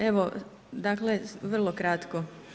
Evo, dakle vrlo kratko.